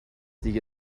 دیگه